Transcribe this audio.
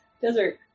desert